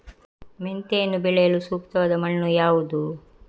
ಮೆಂತೆಯನ್ನು ಬೆಳೆಯಲು ಸೂಕ್ತವಾದ ಮಣ್ಣು ಯಾವುದು?